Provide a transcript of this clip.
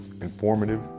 informative